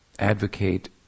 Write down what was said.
advocate